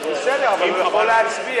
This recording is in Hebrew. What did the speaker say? אז בסדר, אבל הוא יכול להצביע.